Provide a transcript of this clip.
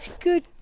Good